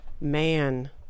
man